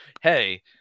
hey